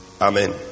Amen